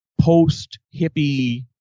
post-hippie